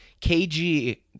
KG